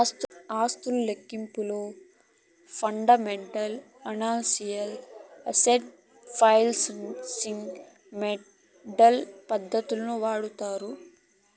ఆస్తుల లెక్కింపులో fundamental analysis, asset pricing model పద్దతులు వాడతాండారు